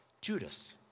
Judas